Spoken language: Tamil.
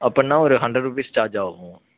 அப்படின்னா ஒரு ஹண்ரட் ருப்பீஸ் சார்ஜ் ஆகும்